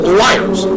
liars